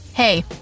Hey